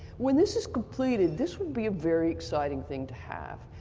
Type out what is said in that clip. when this is completed, this will be a very exciting thing to have.